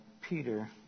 Peter